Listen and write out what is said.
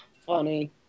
Funny